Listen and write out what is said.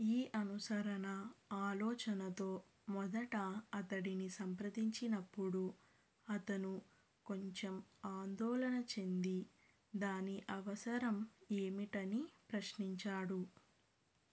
ఈ అనుసరణ ఆలోచనతో మొదట అతడిని సంప్రదించినప్పుడు అతను కొంచెం ఆందోళన చెంది దాని అవసరం ఏమిటని ప్రశ్నించాడు